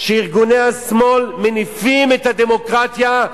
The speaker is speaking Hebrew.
שארגוני השמאל מניפים את הדמוקרטיה,